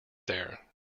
there